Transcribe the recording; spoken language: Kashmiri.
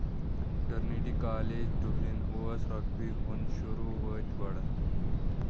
ٹرنٹی کالج ڈُبلِن اوس رگبی ہُنٛد شُروٗع وٲتۍ گۄڈٕ